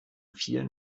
vielen